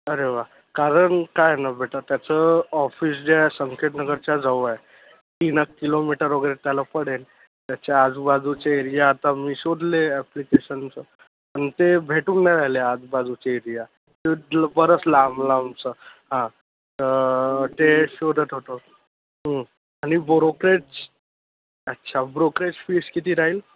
अरे वा कारण काय आहे ना बेटा त्याचं ऑफिस जे आहे संकेतनगरच्या जवळ आहे तीनच किलोमीटर वगैरे त्याला पडेल त्याच्या आजूबाजूचे एरीया आता मी शोधले अॅप्लिकेशननुसार पण ते भेटून नाही राहिले आजबाजूचे एरीया लं ल बरंच लांब लांबच हां तर ते शोधत होतो आणि ब्रोकरेच अच्छा ब्रोकरेज फीस किती राहील